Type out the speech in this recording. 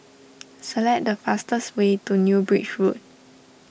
select the fastest way to New Bridge Road